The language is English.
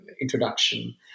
introduction